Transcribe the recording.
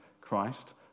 Christ